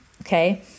Okay